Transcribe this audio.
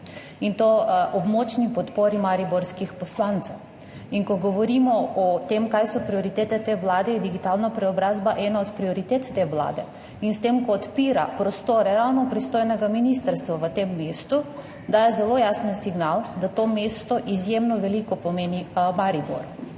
in to ob močni podpori mariborskih poslancev. In ko govorimo o tem, kaj so prioritete te vlade, je digitalna preobrazba ena od prioritet te vlade. In s tem, ko odpira prostore ravno pristojnega ministrstva v tem mestu, daje zelo jasen signal, da to mesto izjemno veliko pomeni naši